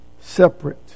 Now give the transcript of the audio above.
separate